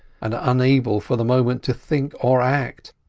and unable for the moment to think or act.